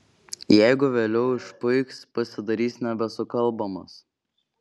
jeigu vėliau išpuiks pasidarys nebesukalbamas